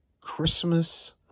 Christmas